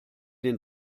den